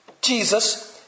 Jesus